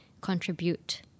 contribute